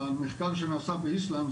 המחקר שנעשה באיסלנד,